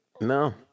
No